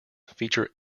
feature